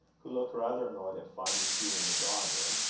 who looked rather annoyed at finding hugh in the drawing-room,